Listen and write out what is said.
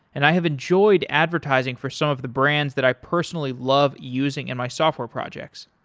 and i have enjoyed advertising for some of the brands that i personally love using in my software projects.